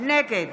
נגד